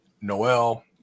Noel